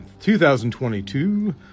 2022